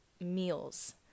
meals